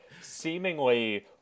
seemingly